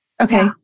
Okay